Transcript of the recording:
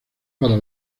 para